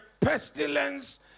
pestilence